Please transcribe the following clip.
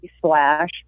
slash